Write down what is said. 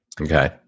Okay